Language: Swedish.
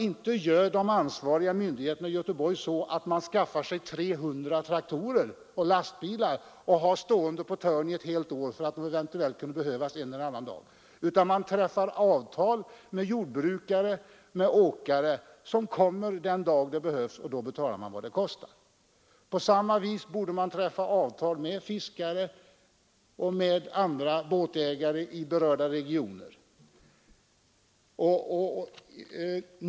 Inte gör de ansvariga myndigheterna i Göteborg så att de skaffar 300 traktorer eller lastbilar och har dem stående i ett hörn för att de eventuellt kan behövas en eller annan dag. Nej, man träffar avtal med jordbrukare och åkare som kommer den dag det behövs, och då betalar man dem vad det kostar. På samma sätt borde de statliga myndigheterna träffa avtal med fiskare och andra båtägare i berörda regioner.